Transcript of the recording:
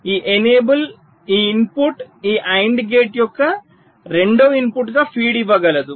ఈ ఎనేబుల్ ఈ ఇన్పుట్ ఈ AND గేట్ యొక్క రెండవ ఇన్పుట్ గా ఫీడ్ ఇవ్వగలదు